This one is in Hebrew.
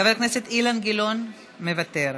חבר הכנסת אילן גילאון, מוותר,